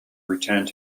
returned